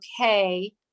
okay